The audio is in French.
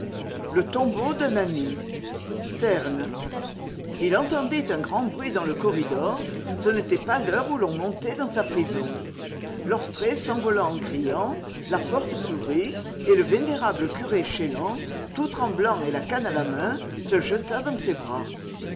le tombeau d'un ami sterne il entendit un grand bruit dans le corridor ce n'était pas l'heure où l'on montait dans sa prison l'orfraie s'envola en criant la porte s'ouvrit et le vénérable curé chélan tout tremblant et la canne à la main se jeta dans ses bras